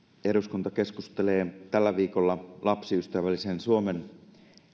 eduskunta keskustelee tällä viikolla lapsiystävällisen suomen